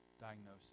diagnosis